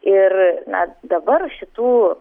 ir na dabar šitų